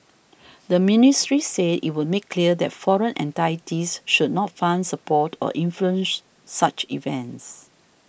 the ministry said it would make clear that foreign entities should not fund support or influence such events